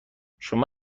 شما